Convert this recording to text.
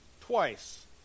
twice